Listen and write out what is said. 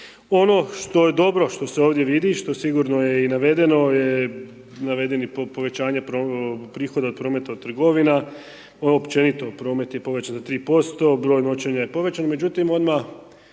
Ono što je dobro što se ovdje vidi i što sigurno je navedeno, navedeni povećanje prihoda od prometa trgovina, općenito promet je povećan za 3%, broj noćenja je povećan, međutim odmah